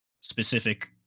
specific